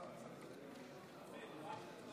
תודה